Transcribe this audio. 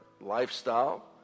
lifestyle